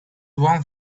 one